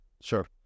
sure